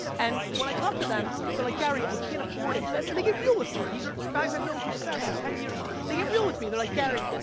and, when i talk to them, they're like, gary, i can't afford it, and they get real with me, these are guys i've known for seven, ten years, they get real with me, they're like, gary,